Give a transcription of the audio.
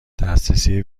دسترسی